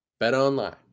BetOnline